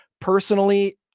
Personally